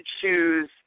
choose